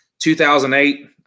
2008